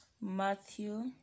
Matthew